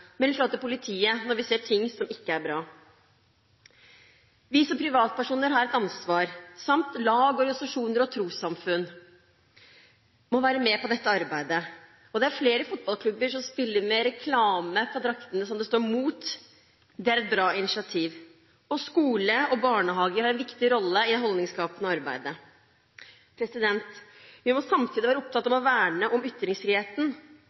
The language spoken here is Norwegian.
til politiet når vi ser ting som ikke er bra. Vi som privatpersoner har et ansvar samt at lag, organisasjoner og trossamfunn må være med på dette arbeidet. Det er flere fotballklubber som spiller med reklame på draktene der det står «MOT». Det er et bra initiativ. Skole og barnehage har en viktig rolle i det holdningsskapende arbeidet. Vi må samtidig være opptatt av å verne om ytringsfriheten.